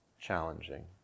challenging